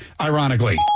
ironically